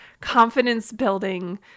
confidence-building